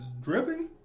dripping